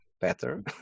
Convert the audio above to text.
better